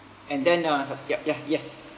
and then uh so~ yup yup yes